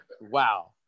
Wow